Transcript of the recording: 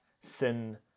sin